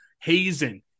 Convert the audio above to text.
Hazen